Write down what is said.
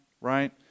Right